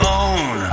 own